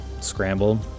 scrambled